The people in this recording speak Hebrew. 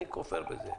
אני כופר בזה.